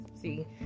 see